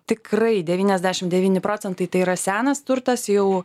tikrai devyniasdešim devyni procentai tai yra senas turtas jau